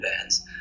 bands